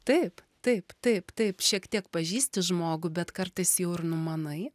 taip taip taip taip šiek tiek pažįsti žmogų bet kartais jau ir numanai